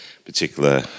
particular